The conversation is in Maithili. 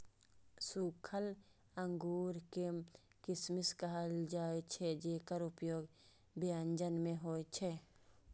सूखल अंगूर कें किशमिश कहल जाइ छै, जेकर उपयोग व्यंजन मे होइ छै